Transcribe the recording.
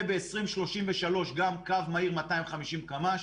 וב-2033 גם קו מהיר 250 קמ"ש,